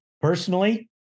personally